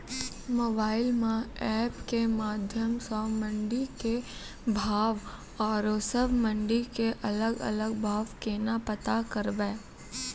Mobile म app के माध्यम सऽ मंडी के भाव औरो सब मंडी के अलग अलग भाव केना पता करबै?